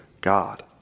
God